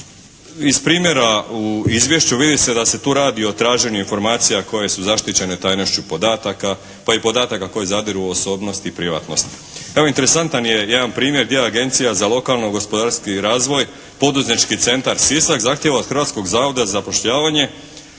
iz primjera u izvješću vidi se da se tu radi o traženju informacija koje su zaštićene tajnošću podataka pa i podataka koji zadiru u osobnost i privatnost. Evo interesantan je primjer gdje Agencija za lokalno gospodarski razvoj, poduzetnički centar Sisak zahtjeva od Hrvatskog zavoda za zapošljavanje